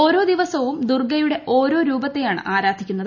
ഓരോ ദിവസവും ദുർഗയുടെ ഓരോ രൂപത്തെയാണ് ആരാധിക്കുന്നത്